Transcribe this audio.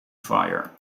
fire